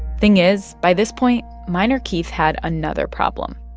thing is by this point, minor keith had another problem.